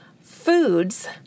foods